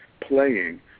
playing